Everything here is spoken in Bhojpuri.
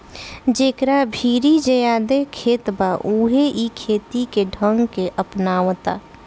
जेकरा भीरी ज्यादे खेत बा उहे इ खेती के ढंग के अपनावता